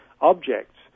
objects